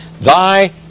Thy